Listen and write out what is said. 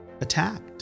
attacked